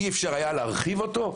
אי אפשר היה להרחיב אותה?